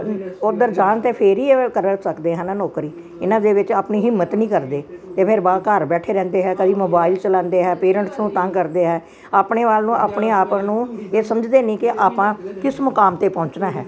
ਉਧਰ ਜਾਨ ਤੇ ਫਿਰ ਹੀ ਕਰ ਸਕਦੇ ਹਨ ਨੌਕਰੀ ਇਹਨਾਂ ਦੇ ਵਿੱਚ ਆਪਣੀ ਹਿੰਮਤ ਨਹੀਂ ਕਰਦੇ ਤੇ ਫਿਰ ਬਾਂ ਘਰ ਬੈਠੇ ਰਹਿੰਦੇ ਹੈ ਕਦੀ ਮੋਬਾਇਲ ਚਲਾਉਂਦੇ ਆ ਪੇਰੈਂਟਸ ਨੂੰ ਤੰਗ ਕਰਦੇ ਹੈ ਆਪਣੇ ਵੱਲ ਨੂੰ ਆਪਣੇ ਆਪ ਨੂੰ ਇਹ ਸਮਝਦੇ ਨੇ ਕਿ ਆਪਾਂ ਕਿਸ ਮੁਕਾਮ ਤੇ ਪਹੁੰਚਣਾ ਹੈ